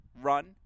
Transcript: run